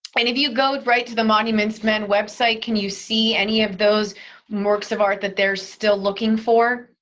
kind of you go right to the monuments men website, can you see any of those works of art that they were still looking for?